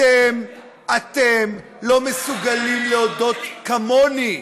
אתם לא מסוגלים להודות, כמוני,